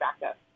backup